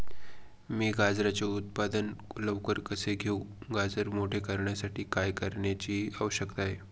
मी गाजराचे उत्पादन लवकर कसे घेऊ? गाजर मोठे करण्यासाठी काय करण्याची आवश्यकता आहे?